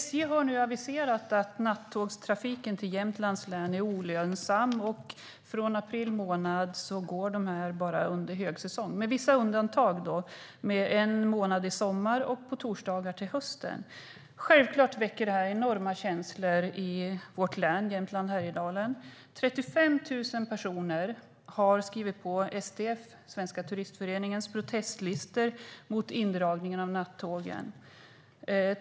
SJ har aviserat att nattågstrafiken till Jämtlands län är olönsam, och från april månad går nattågen bara under högsäsong - med vissa undantag: en månad i sommar och på torsdagar till hösten. Självklart väcker detta enorma känslor i Jämtland och Härjedalen. 35 000 har skrivit på Svenska Turistföreningens protestlistor mot indragningen av nattågen.